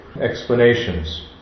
explanations